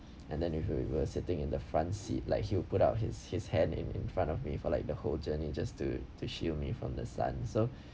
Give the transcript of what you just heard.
and then if you were sitting in the front seat like he'll put out his his hand in in front of me for like the whole journey just to to shield me from the sun so